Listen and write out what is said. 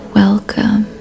welcome